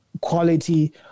quality